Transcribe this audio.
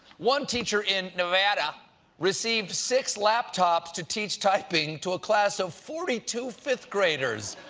one teacher in nevada received six laptops to teach typing to a class of forty two fifth graders.